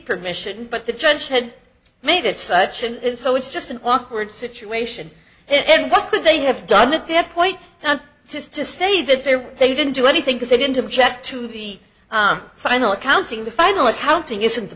permission but the judge had made it such and so it's just an awkward situation and what could they have done to point out just to say that they were they didn't do anything because they didn't object to the final accounting the final accounting isn't the